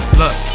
look